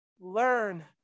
Learn